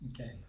Okay